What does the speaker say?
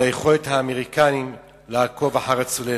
היכולת של האמריקנים לעקוב אחר הצוללת.